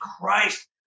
Christ